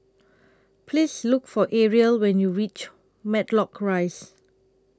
Please Look For Arielle when YOU REACH Matlock Rise